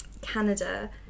Canada